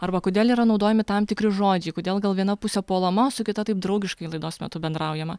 arba kodėl yra naudojami tam tikri žodžiai kodėl gal viena pusė puolama su kita taip draugiškai laidos metu bendraujama